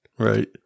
Right